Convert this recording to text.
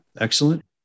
excellent